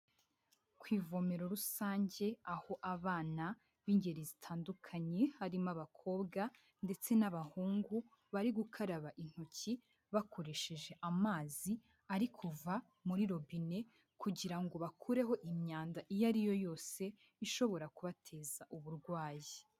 Ku ivomero rusange aho abana b'ingeri zitandukanye harimo abakobwa ndetse n'abahungu bari gukaraba intoki bakoresheje amazi ari kuva muri robine kugirango bakureho imyanda iyo ari yo yose ishobora kubateza uburwayi.